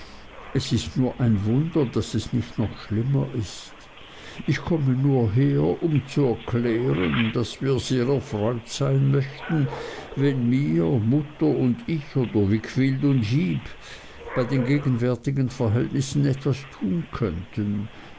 es ist nur ein wunder daß es nicht noch schlimmer ist ich komme nur her um zu erklären daß wir sehr erfreut sein möchten wenn mir mutter und ich oder wickfield heep bei den gegenwärtigen verhältnissen etwas tun könnten